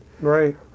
Right